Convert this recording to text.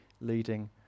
leading